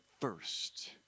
first